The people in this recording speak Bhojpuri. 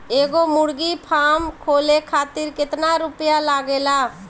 एगो मुर्गी फाम खोले खातिर केतना रुपया लागेला?